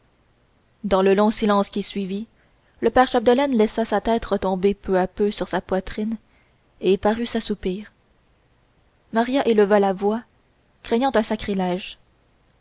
dans le long silence qui suivit le père chapdelaine laissa sa tête retomber peu à peu sur sa poitrine et parut s'assoupir maria éleva la voix craignant un sacrilège